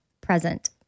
present